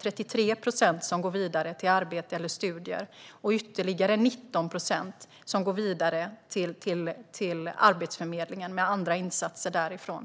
33 procent går vidare till arbete eller studier, och ytterligare 19 procent går vidare till Arbetsförmedlingen och får andra insatser därifrån.